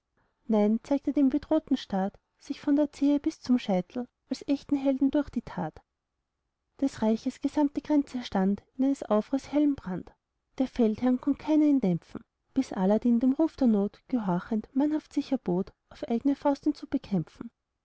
nein zeigte dem bedrohten staat sich von der zehe bis zum scheitel als echten helden durch die tat des reichs gesamte grenze stand in eines aufruhrs hellem brand der feldherrn keiner konnt ihn dämpfen bis aladdin dem ruf der not gehorchend mannhaft sich erbot auf eigne faust ihn zu bekämpfen